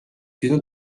tõnu